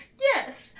Yes